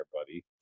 buddy